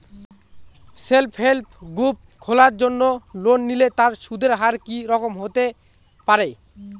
Self help group খোলার জন্য ঋণ নিলে তার সুদের হার কি রকম হতে পারে?